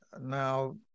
now